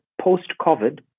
post-COVID